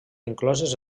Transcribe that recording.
incloses